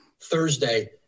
Thursday